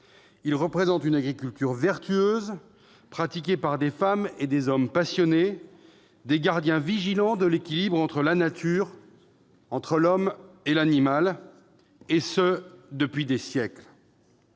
Il représente une agriculture vertueuse que pratiquent des femmes et des hommes passionnés, gardiens vigilants de l'équilibre entre la nature, l'homme et l'animal, et ce depuis des siècles.